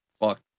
fuck